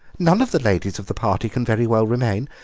none of the ladies of the party can very well remain.